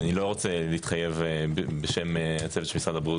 אני לא רוצה להתחייב בשם הצוות של משרד הבריאות